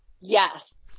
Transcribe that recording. Yes